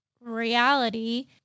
reality